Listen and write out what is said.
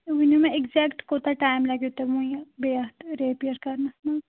تُہۍ ؤنِو مےٚ اٮ۪کزیکٹہٕ کوٗتاہ ٹایم لَگٮ۪و تۅہہِ وُنہِ بیٚیہِ اَتھ ریپِیَر کَرنَس منٛز